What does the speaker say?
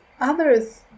others